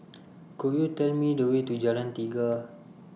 Could YOU Tell Me The Way to Jalan Tiga